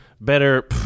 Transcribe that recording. better